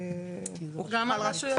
הוא גם על רשויות מקומיות.